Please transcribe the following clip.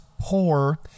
poor